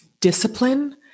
discipline